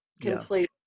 completely